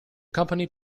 company